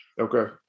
Okay